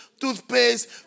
toothpaste